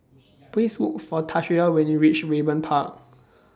Please Look For Tanesha when YOU REACH Raeburn Park